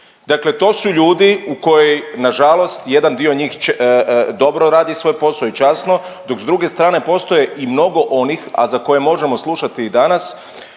Dakle, to su ljudi koji nažalost, jedan dio njih dobro radi svoj posao i časno, dok s druge strane postoje i mnogo onih, a za koje možemo slušati i danas